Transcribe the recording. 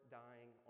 dying